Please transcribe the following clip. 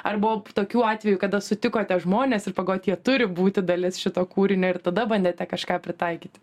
ar buvo tokių atvejų kada sutikote žmones ir pagalvojot jie turi būti dalis šito kūrinio ir tada bandėte kažką pritaikyti